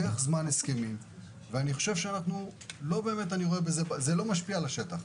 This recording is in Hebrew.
להסכמים לוקח זמן אבל זה לא משפיע על השטח.